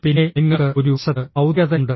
പിന്നെ നിങ്ങൾക്ക് ഒരു വശത്ത് ഭൌതികതയുണ്ട്